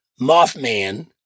Mothman